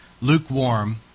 lukewarm